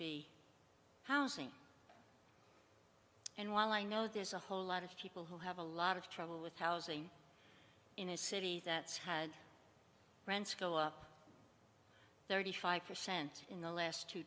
be housing and while i know there's a whole lot of people who have a lot of trouble with housing in a city that's had rents go up thirty five percent in the last two